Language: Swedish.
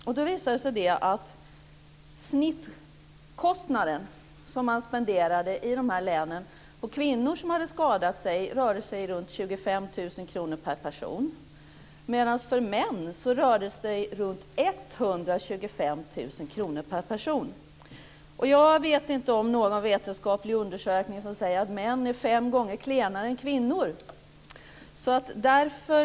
Det visade sig att i de undersökta länen spenderades i snitt ca 25 000 kr på varje kvinna som hade skadat sig, medan summan för männen var ca 125 000 kr per person. Jag känner inte till någon vetenskaplig undersökning som säger att män är fem gånger klenare än kvinnor.